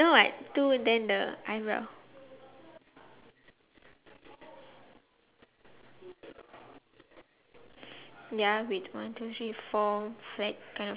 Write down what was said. then there's a car with the door open there's twelve already